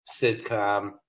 sitcom